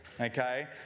Okay